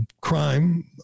crime